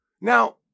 Now